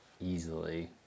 easily